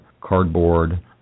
cardboard